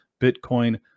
Bitcoin